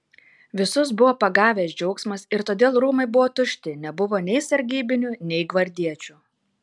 visus buvo pagavęs džiaugsmas ir todėl rūmai buvo tušti nebuvo nei sargybinių nei gvardiečių